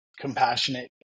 compassionate